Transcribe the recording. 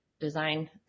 design